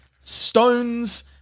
stones